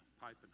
piping